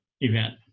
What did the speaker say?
event